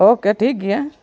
okay ᱴᱷᱤᱠ ᱜᱮᱭᱟ